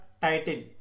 title